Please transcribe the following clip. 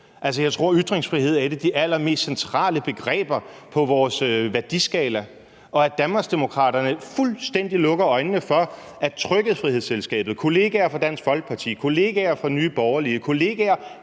jeg tror, ytringsfrihed er et af de allermest centrale begreber på vores værdiskala. At Danmarksdemokraterne fuldstændig lukker øjnene for, at Trykkefrihedsselskabet, kollegaer fra Dansk Folkeparti, kollegaer fra Nye Borgerlige,